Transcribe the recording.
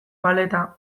paleta